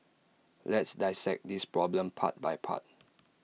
let's dissect this problem part by part